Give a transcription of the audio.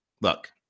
Look